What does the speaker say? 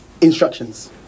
instructions